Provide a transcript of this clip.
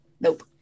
nope